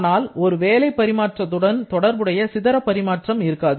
ஆனால் ஒரு வேலை பரிமாற்றத்துடன் தொடர்புடைய சிதற பரிமாற்றம் இருக்காது